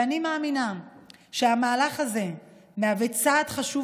ואני מאמינה שהמהלך הזה מהווה צעד חשוב